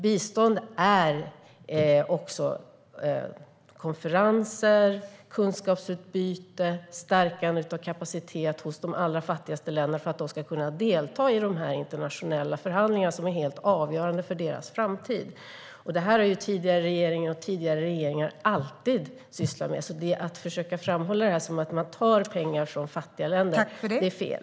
Bistånd är också konferenser, kunskapsutbyte, stärkandet av kapacitet hos de allra fattigaste länderna för att de ska kunna delta i de internationella förhandlingar som är helt avgörande för deras framtid. Detta har regeringar alltid sysslat med. Att försöka få det att framstå som att man tar pengar från fattiga länder är alltså fel.